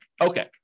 Okay